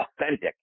authentic